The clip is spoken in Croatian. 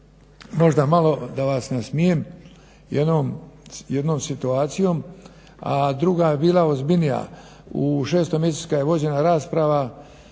možda malo da vas nasmijem jednom situacijom, a druga je bilo ozbiljnija. U 6. mjesecu kad je vođena rasprava